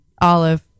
Olive